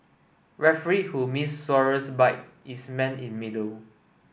referee who missed Suarez bite is man in middle